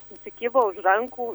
susikibo už rankų